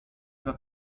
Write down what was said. über